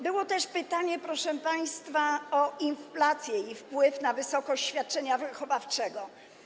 Było też pytanie, proszę państwa, o inflację i wpływ na wysokość świadczenia wychowawczego.